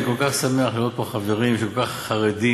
אני כל כך שמח לראות פה חברים שכל כך חרדים